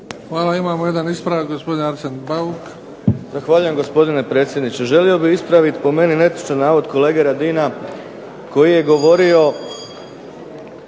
Hvala. Imamo jedan ispravak, gospodin Arsen Bauk. **Bauk, Arsen (SDP)** Zahvaljujem, gospodine predsjedniče. Želio bih ispraviti po meni netočan navod kolege Radina koji je govorio